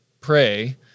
pray